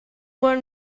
were